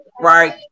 right